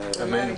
על סדר היום